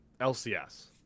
LCS